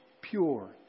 pure